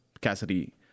Cassidy